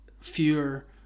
fewer